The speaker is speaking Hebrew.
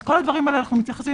אז לכל הדברים האלה אנחנו מתייחסים,